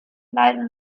leider